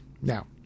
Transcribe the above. Now